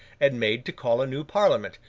and made to call a new parliament,